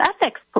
ethics